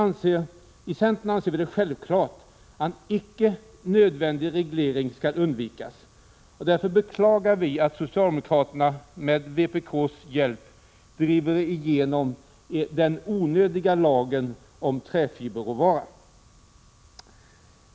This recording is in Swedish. I centern anser vi det självklart att icke nödvändig reglering skall undvikas, och därför beklagar vi att socialdemokraterna med vpk:s hjälp driver igenom den onödiga lagen om träfiberråvara.